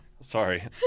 sorry